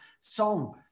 song